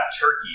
turkey